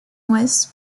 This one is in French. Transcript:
ouest